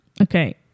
Okay